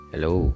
Hello